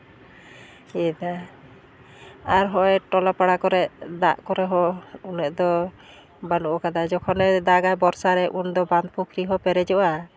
ᱟᱨ ᱦᱚᱸᱜᱼᱚᱭ ᱴᱚᱞᱟᱯᱟᱲᱟ ᱠᱚᱨᱮ ᱫᱟᱜ ᱠᱚᱨᱮ ᱦᱚᱸ ᱩᱱᱟᱹᱜ ᱫᱚ ᱵᱟᱹᱱᱩᱜ ᱟᱠᱟᱫᱟ ᱡᱚᱠᱷᱚᱱᱮ ᱫᱟᱜᱟ ᱵᱚᱨᱥᱟ ᱨᱮ ᱩᱱᱫᱚ ᱵᱟᱸᱫᱽ ᱯᱩᱠᱷᱨᱤ ᱦᱚᱸ ᱯᱮᱨᱮᱡᱚᱜᱼᱟ